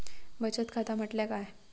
बचत खाता म्हटल्या काय?